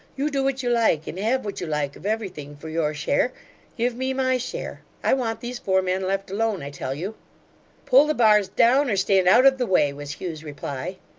you do what you like, and have what you like of everything for your share give me my share. i want these four men left alone, i tell you pull the bars down, or stand out of the way was hugh's reply.